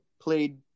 played